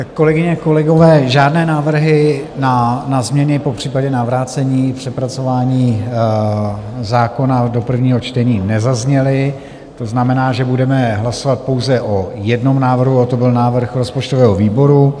Kolegyně, kolegové, žádné návrhy na změny, popřípadě na vrácení k přepracování zákona do prvního čtení nezazněly, to znamená, že budeme hlasovat pouze o jednom návrhu, a to byl návrh rozpočtového výboru.